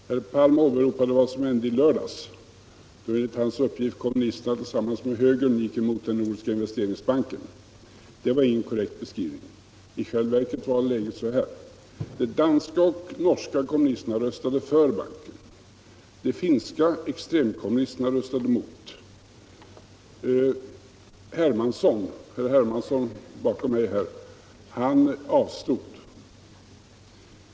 Herr talman! Bara en liten korrigering av vad herr Palm sade. Han åberopade vad som hände i lördags, då enligt hans uppgift kommunisterna tillsammans med högern gick emot den nordiska investeringsbanken. Det var en inkorrekt beskrivning. I själva verket var läget följande. De danska och norska kommunisterna röstade för banken. De finska kommunisterna röstade mot. Herr Hermansson avstod.